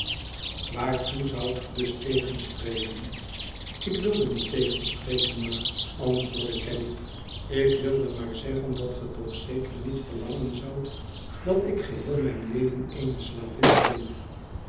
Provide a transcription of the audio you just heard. zoudt ge dus tegenspreken ik wilde niet tegenspreken ma antwoordde caddy ik wilde maar zeggen dat ge toch zeker niet verlangen zoudt dat ik geheel mijn leven eene slavin bleef